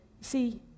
See